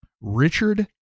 Richard